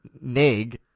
nig